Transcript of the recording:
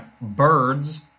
birds